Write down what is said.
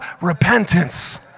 repentance